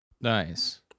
Nice